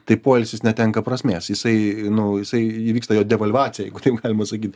tai poilsis netenka prasmės jisai nu jisai įvyksta jo devalvacija jeigu taip galima sakyt